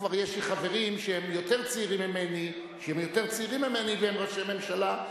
כבר יש לי חברים שהם יותר צעירים ממני והם ראשי ממשלה,